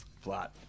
Flat